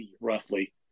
roughly